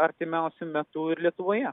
artimiausiu metu ir lietuvoje